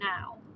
now